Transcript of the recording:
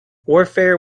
warfare